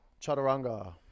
Chaturanga